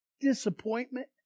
disappointment